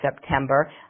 September